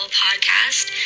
podcast